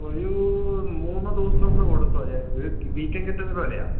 ഒരു മൂന്ന് ദിവസമെന്ന് കൊടുത്തോളൂ ഒരു വീക്കെൻഡ് ഗെറ്റെവേ പോലെയാണ്